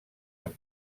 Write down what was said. amb